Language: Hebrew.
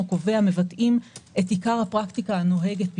קובע מבטאים את עיקר הפרקטיקה הנוהגת ממילא.